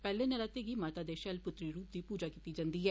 पैह्ले नराते गी माता दे शैलपुत्री रूप दी पूजा कीती जंदी ऐ